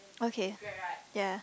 okay ya